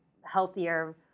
healthier